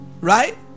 right